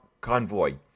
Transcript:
Convoy